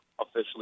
officially